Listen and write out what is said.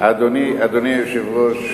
אדוני היושב-ראש,